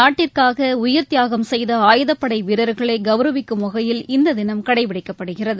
நாட்டிற்காகஉயிர்த்தியாகம் செய்த ஆயுதப்படைவீரர்களைகௌரவிக்கும் வகையில் இந்ததினம் கடைபிடிக்கப்படுகிறது